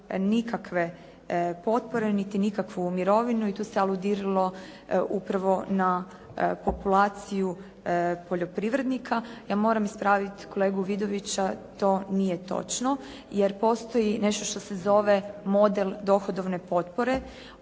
nikakve potpore, niti nikakvu mirovinu i tu se aludiralo upravo na populaciju poljoprivrednika. Ja moram ispraviti kolegu Vidovića, to nije točno jer postoji nešto što se zove model dohodovne potpore.